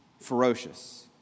ferocious